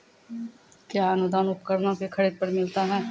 कया अनुदान उपकरणों के खरीद पर मिलता है?